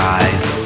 eyes